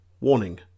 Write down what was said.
Warning